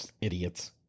Idiots